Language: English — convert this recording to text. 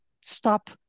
stop